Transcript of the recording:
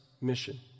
mission